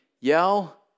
yell